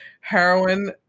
heroin